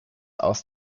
aus